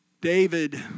David